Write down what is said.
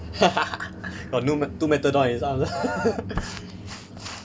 got two two matador on his arms